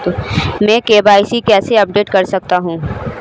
मैं के.वाई.सी कैसे अपडेट कर सकता हूं?